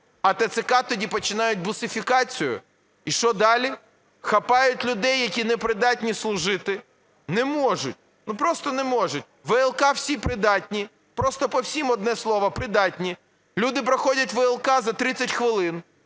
А ТЦК тоді починають "бусифікацію". І що далі? Хапають людей, які непридатні служити, не можуть, просто не можуть. У ВЛК всі придатні, просто по всім одне слово: придатні. Люди проходять ВЛК за 30 хвилин.